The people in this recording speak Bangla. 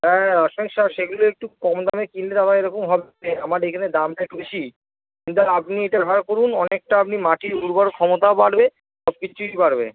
হ্যাঁ রাসায়নিক সার সেগুলো একটু কম দামে কিনলে ওইরকম হবে আমার এখানে দামটা একটু বেশি কিন্তু আপনি এটা ব্যবহার করুন অনেকটা আপনি মাটির উর্বর ক্ষমতাও বাড়বে সবকিছুই বাড়বে